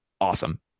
Awesome